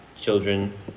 children